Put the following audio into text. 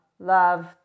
love